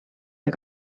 või